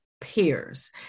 peers